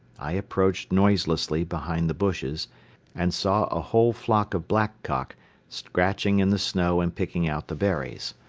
i approached noiselessly behind the bushes and saw a whole flock of blackcock scratching in the snow and picking out the berries.